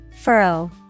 furrow